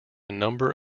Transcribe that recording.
number